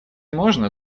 можно